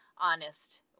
honest